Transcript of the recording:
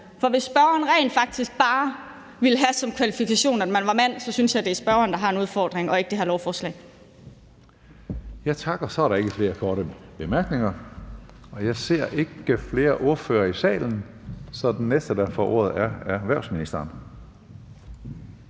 For hvis spørgeren rent faktisk bare ville have som kvalifikation, at man var mand, synes jeg det er spørgeren, der har en udfordring, og ikke det her lovforslag. Kl. 14:55 Tredje næstformand (Karsten Hønge): Tak. Så er der ikke flere korte bemærkninger. Jeg ser ikke flere ordførere i salen, så den næste, der får ordet, er erhvervsministeren.